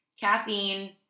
Caffeine